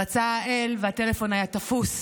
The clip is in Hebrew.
רצה האל והטלפון היה תפוס,